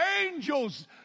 angels